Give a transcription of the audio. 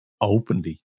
openly